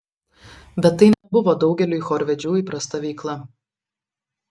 bet tai nebuvo daugeliui chorvedžių įprasta veikla